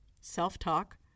self-talk